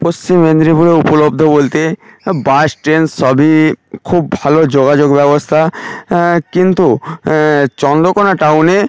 পশ্চিম মেদিনীপুরে উপলব্ধ বলতে বাস ট্রেন সবই খুব ভালো যোগাযোগ ব্যবস্থা কিন্তু চন্দকোনা টাউনে